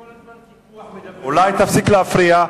כל הזמן מדברים על קיפוח, אולי תפסיק להפריע?